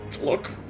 look